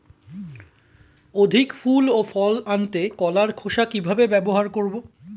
অধিক ফুল ও ফল আনতে কলার খোসা কিভাবে ব্যবহার করব?